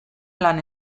lan